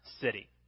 city